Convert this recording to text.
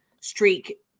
streak